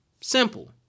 Simple